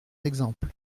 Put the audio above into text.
exemple